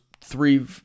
three